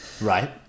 Right